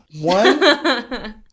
One